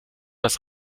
das